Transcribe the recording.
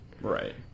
Right